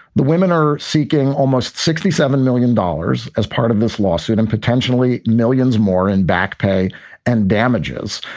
the women are seeking almost sixty seven million dollars as part of this lawsuit and potentially millions more in backpay and damages.